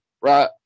right